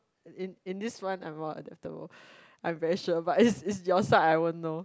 in in this one I'm more adaptable I'm very sure but it's it's your side I won't know